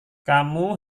kamu